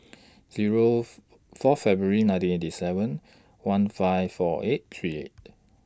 Zero four February nineteen eighty seven one five four eight three eight